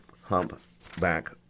humpback